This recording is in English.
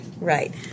right